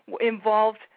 involved